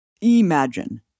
imagine